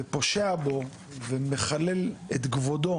ופושע בו ומחלל את כבודו